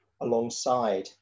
alongside